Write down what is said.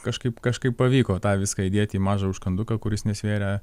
kažkaip kažkaip pavyko tą viską įdėti į mažą užkanduką kuris nesvėrė